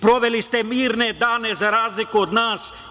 Proveli ste mirne dane, za razliku od nas.